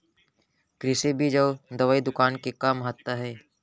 कृषि बीज अउ दवई दुकान के का महत्ता हे?